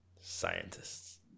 scientists